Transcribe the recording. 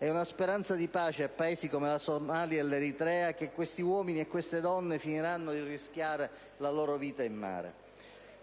e una speranza di pace a Paesi come la Somalia e l'Eritrea, che questi uomini e queste donne finiranno di rischiare la loro vita in mare.